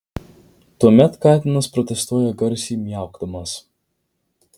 tuomet katinas protestuoja garsiai miaukdamas